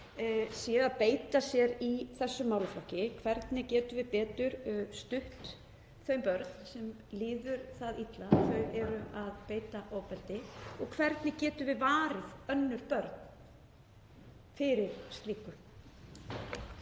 eru að beita sér í þessum málaflokki. Hvernig getum við betur stutt þau börn sem líður það illa að þau eru að beita ofbeldi og hvernig getum við varið önnur börn fyrir slíku?